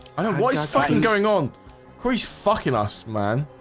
i know what's fucking going on who he's fucking us, man